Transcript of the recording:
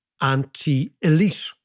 anti-elite